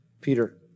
Peter